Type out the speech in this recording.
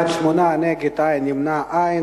בעד, 8, נגד, אין, נמנעים, אין.